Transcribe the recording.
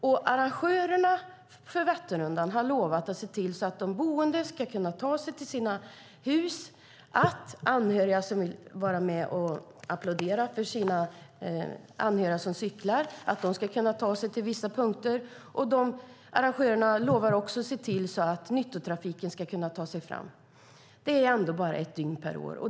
Vätternrundans arrangörer har lovat att se till att boende kan ta sig till sina hus, att anhöriga som vill heja kan ta sig till vissa platser och att nyttotrafiken kan ta sig fram. Det handlar som sagt bara om ett dygn per år.